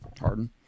Harden